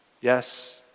Yes